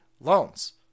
loans